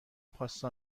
پاستا